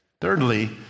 Thirdly